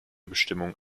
bestimmung